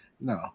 No